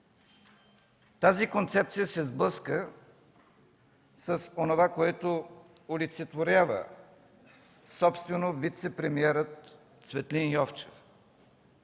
Тази концепция се сблъска с онова, което олицетворява собствено вицепремиерът Цветлин Йовчев